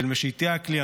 משיטי הכלי,